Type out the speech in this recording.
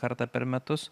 kartą per metus